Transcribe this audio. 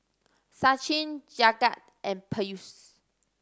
Sachin Jagat and Peyush